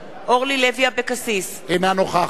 אורלי לוי אבקסיס, אינה נוכחת